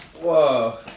Whoa